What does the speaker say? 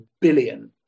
billion